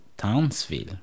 Townsville